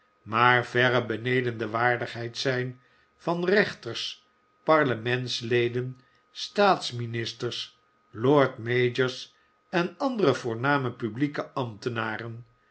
maar verre beneden de waardigheid zijn van rechters parlementsleden staatsministers lordmayors en andere voorname publieke ambtenaren